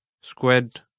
Squid